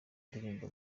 ndirimbo